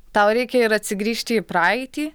tau reikia ir atsigrįžti į praeitį